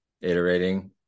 iterating